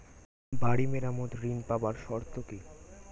বাড়ি মেরামত ঋন পাবার শর্ত কি?